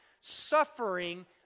suffering